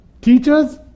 Teachers